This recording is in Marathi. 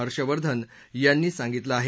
हर्षवर्धन यांनी सांगितलं आहे